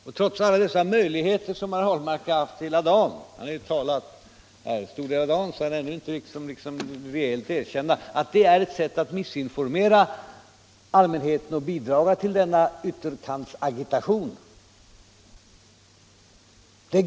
Men trots alla möjligheter som herr Ahlmark har haft hela dagen — han har ju talat här en stor del av dagen — har han ännu inte velat erkänna att det är ett sätt att felinformera allmänheten och bidra till denna ytterkantsagitation.